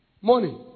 Money